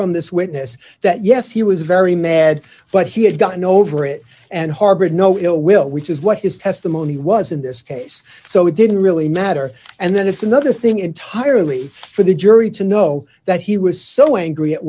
from this witness that yes he was very mad but he had gotten over it and harbored no ill will which is what his testimony was in this case so it didn't really matter and then it's another thing entirely for the jury to know that he was so angry at